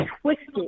twisted